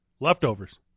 Leftovers